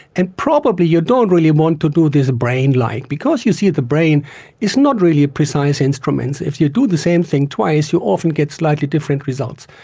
and probably you don't really want to do this brain-like, because, you see, the brain is not really a precise instrument. if you do the same thing twice you often get slightly different results,